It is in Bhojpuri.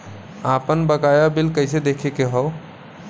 आपन बकाया बिल कइसे देखे के हौ?